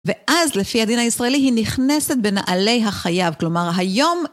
ואז לפי הדין הישראלי היא נכנסת בנעלי החייב, כלומר היום